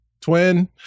twin